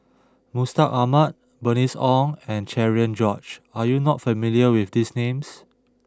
Mustaq Ahmad Bernice Ong and Cherian George Are you not familiar with these names